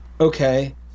Okay